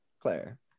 Claire